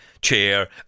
chair